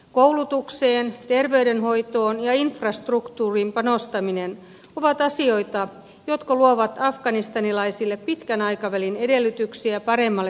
koulutukseen terveydenhoitoon ja infrastruktuuriin panostaminen ovat asioita jotka luovat afganistanilaisille pitkän aikavälin edellytyksiä paremmalle toimeentulolle